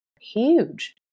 huge